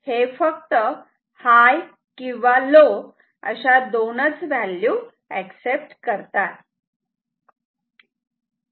हे फक्त हाय किंवा लो अशा दोनच व्हॅल्यू एक्सेप्ट करतात